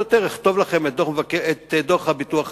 יותר אכתוב לכם את דוח הביטוח הלאומי,